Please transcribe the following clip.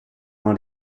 dans